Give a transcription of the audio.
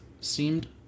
seemed